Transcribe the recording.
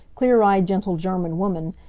clear-eyed gentle german woman,